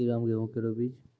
श्रीराम गेहूँ केरो बीज?